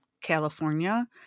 California